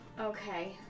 Okay